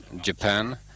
Japan